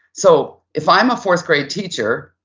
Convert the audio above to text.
so if i'm a fourth grade teacher,